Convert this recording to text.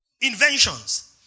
Inventions